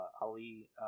Ali